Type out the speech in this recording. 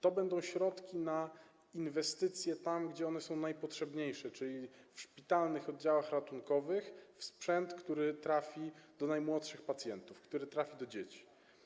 To będą środki na inwestycje tam, gdzie one są najpotrzebniejsze, czyli w szpitalnych oddziałach ratunkowych, w sprzęt, który trafi do najmłodszych pacjentów, który trafi do dzieci.